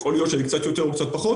ויכול להיות שזה קצת יותר או קצת פחות,